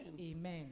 Amen